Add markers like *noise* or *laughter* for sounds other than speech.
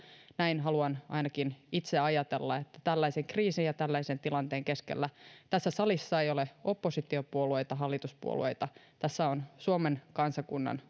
näin haluan ainakin itse ajatella että tällaisen kriisin ja tällaisen tilanteen keskellä tässä salissa ei ole oppositiopuolueita hallituspuolueita tässä on suomen kansakunnan *unintelligible*